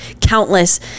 countless